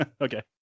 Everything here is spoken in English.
Okay